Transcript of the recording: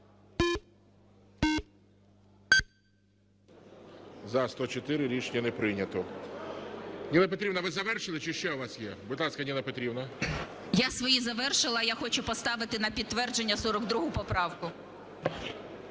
За-104 Рішення не прийнято. Ніна Петрівна, ви завершили чи ще у вас є? Будь ласка, Ніна Петрівна. ЮЖАНІНА Н.П. Я свої завершила. Я хочу поставити на підтвердження 42 поправку.